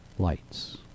lights